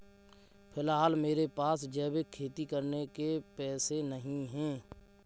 फिलहाल मेरे पास जैविक खेती करने के पैसे नहीं हैं